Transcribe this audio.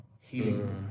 healing